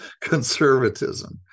conservatism